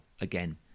again